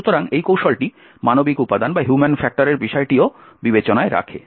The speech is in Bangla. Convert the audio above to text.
সুতরাং এই কৌশলটি মানবিক উপাদানের বিষয়টিকেও বিবেচনায় রাখে